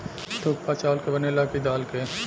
थुक्पा चावल के बनेला की दाल के?